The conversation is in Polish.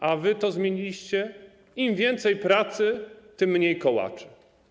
A wy to zmieniliście: im więcej pracy, tym mniej kołaczy.